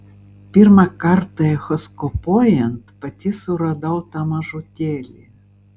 pirmą kartą echoskopuojant pati suradau tą mažutėlį